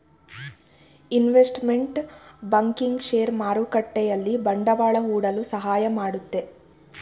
investment banking share ಮಾರುಕಟ್ಟೆಯಲ್ಲಿ ಬಂಡವಾಳ ಹೂಡಲು ಸಹಾಯ ಮಾಡುತ್ತೆ